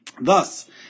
Thus